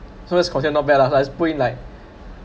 so that's considered not bad lah so I just put in like